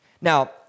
Now